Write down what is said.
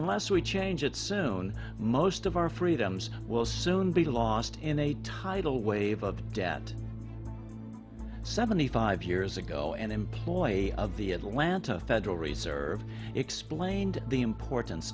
unless we change it soon most of our freedoms will soon be lost in a tidal wave of debt seventy five years ago an employee of the atlanta federal reserve explained the importance